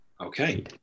Okay